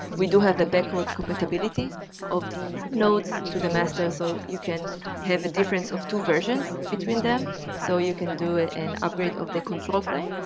we do have a backward compatibility of the notes to the master so you can have a difference of two versions between them so you can do an and upgrade of the control plan.